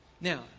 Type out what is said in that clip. Now